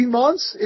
months